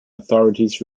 authorities